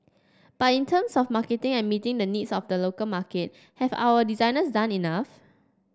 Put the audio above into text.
but in terms of marketing and meeting the needs of the local market have our designers done enough